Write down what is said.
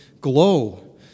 glow